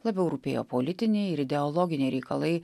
labiau rūpėjo politiniai ir ideologiniai reikalai